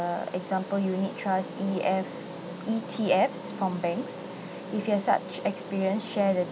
uh example unit trust E_F E_T_F from banks if you have such experience share the